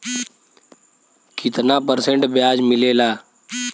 कितना परसेंट ब्याज मिलेला?